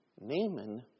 Naaman